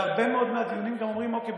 בהרבה מאוד מהדיונים גם אומרים: אוקיי,